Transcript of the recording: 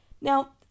Now